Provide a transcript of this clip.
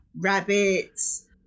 rabbits